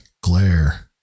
glare